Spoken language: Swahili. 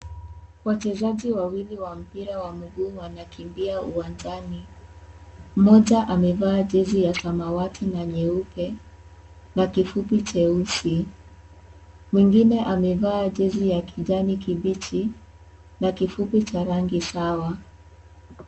Wachezaji wawili wa mpira wa mguu wanakimbia uwanjani. Mmoja amevaa jezi ya samawati na nyeupe, na kifupi cheusi. Mwingine amevaa jezi ya kijani kibichi, na kifupi cha rangi sawa.